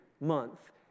month